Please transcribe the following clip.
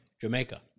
Jamaica